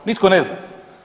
Nitko ne zna.